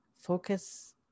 focus